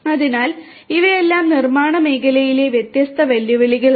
അതിനാൽ ഇവയെല്ലാം നിർമ്മാണ മേഖലയിലെ വ്യത്യസ്ത വെല്ലുവിളികളാണ്